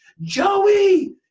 Joey